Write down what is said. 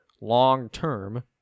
long-term